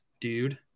dude